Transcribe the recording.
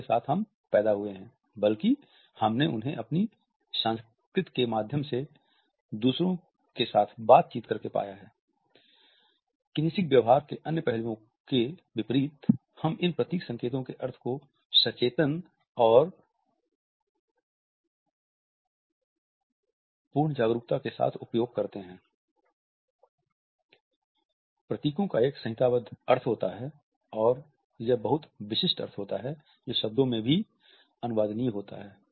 kinesic व्यवहार के अन्य पहलुओं के विपरीत हम इन प्रतीक संकेतों के अर्थ को सचेतन और पूर्ण जागरूकता के साथ उपयोग करते प्रतीकों का एक संहिताबद्ध अर्थ होता है और यह बहुत विशिष्ट अर्थ होता है जो शब्दों में भी अनुवादनीय होता है